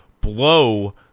blow